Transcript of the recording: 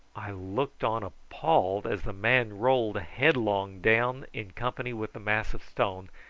i looked on appalled as the man rolled headlong down in company with the mass of stone,